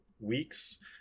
weeks